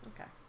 Okay